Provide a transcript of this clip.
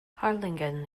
harlingen